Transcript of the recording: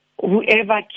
whoever